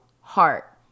heart